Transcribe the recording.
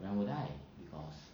everyone will die because